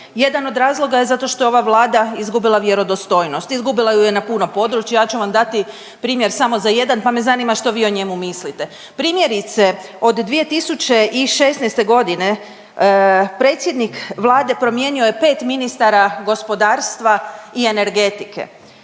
Jedan od razloga je zato što je ova Vlada izgubila vjerodostojnost. Izgubila ju je na puno područja. Ja ću vam dati primjer samo za jedan, pa me zanima što vi o njemu mislite. Primjerice od 2016. godine predsjednik Vlade promijenio je pet ministara gospodarstva i energetike.